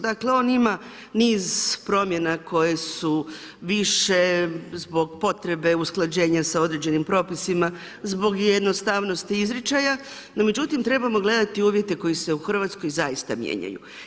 Dakle on ima niz promjena koje su više zbog potrebe usklađenja sa određenim propisima, zbog jednostavnosti izričaja, no međutim trebamo gledati uvjete koji se u Hrvatskoj zaista mijenjaju.